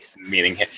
Meaning